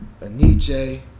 Aniche